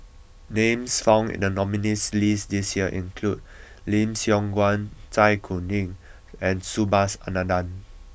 names found in the nominees' list this year include Lim Siong Guan Zai Kuning and Subhas Anandan